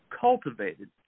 cultivated